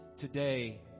today